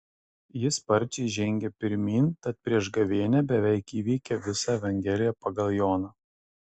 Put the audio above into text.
ji sparčiai žengė pirmyn tad prieš gavėnią beveik įveikė visą evangeliją pagal joną